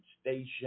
station